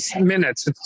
minutes